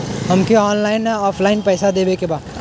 हमके ऑनलाइन या ऑफलाइन पैसा देवे के बा?